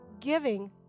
giving